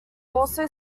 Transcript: also